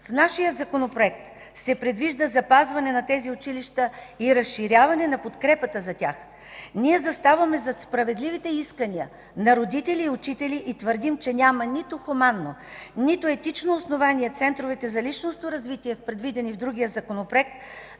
В нашия Законопроект се предвижда запазване на тези училища и разширяване на подкрепата за тях. Ние заставаме зад справедливите искания на родители и учители и твърдим, че няма нито хуманно, нито етично основание центровете за личностно развитие, предвидени в другия Законопроект,